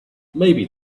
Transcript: maybe